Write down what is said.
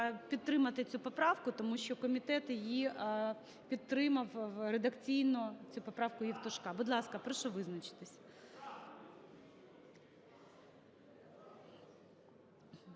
підтримати цю поправку, тому що комітет її підтримав редакційно, цю поправку Євтушка. Будь ласка, прошу визначитись.